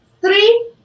three